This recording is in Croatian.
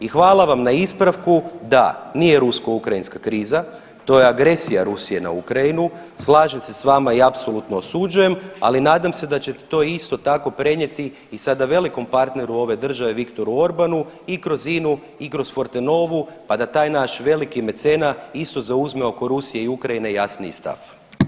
I hvala vam na ispravku da nije rusko-ukrajinska kriza to je agresija Rusije na Ukrajinu, slažem se s vama i apsolutno osuđujem ali nadam se da ćete to isto tako prenijeti i sada velikom partneru ove države Viktoru Orbanu i kroz INU i kroz Fortenovu pa taj naš veliki mecena isto zauzme oko Rusije i Ukrajine jasniji stav.